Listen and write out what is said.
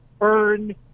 earn